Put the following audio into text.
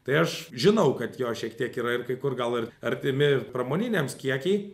tai aš žinau kad jo šiek tiek yra ir kai kur gal ir artimi pramoniniams kiekiai